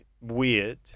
Weird